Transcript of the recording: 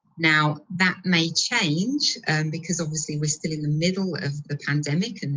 now, that may change and because obviously we're still in the middle of the pandemic,